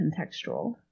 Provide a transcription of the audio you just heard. contextual